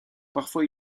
parfois